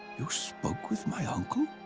you spoke with my uncle?